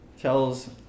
tells